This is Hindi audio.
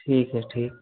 ठीक है ठीक